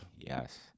Yes